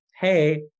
hey